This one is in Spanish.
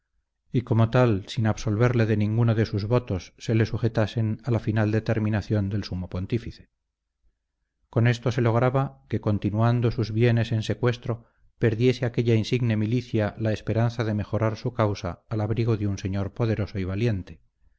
y como tal sin absolverle de ninguno de sus votos le sujetasen a la final determinación del sumo pontífice con esto se lograba que continuando sus bienes en secuestro perdiese aquella insigne milicia la esperanza de mejorar su causa al abrigo de un señor poderoso y valiente